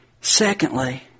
Secondly